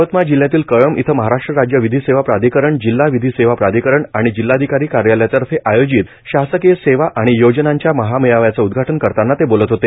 यवतमाळ जिल्ह्यातील कळंब इथं महाराष्ट्र राज्य विधी सेवा प्राधिकरण जिल्हा विधी सेवा प्राधिकरण आणि जिल्हाधिकारी कार्यालयातर्फे आयोजित शासकीय सेवा आणि योजनांच्या महामेळाव्याचे उदघाटन करतांना ते बोलत होते